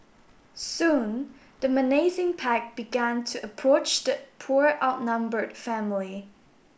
soon the menacing pack began to approach the poor outnumbered family